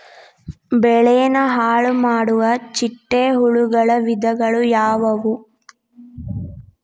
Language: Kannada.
ಬೆಳೆನ ಹಾಳುಮಾಡುವ ಚಿಟ್ಟೆ ಹುಳುಗಳ ವಿಧಗಳು ಯಾವವು?